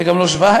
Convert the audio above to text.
זה גם לא שווייץ.